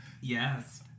yes